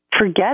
forget